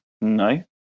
No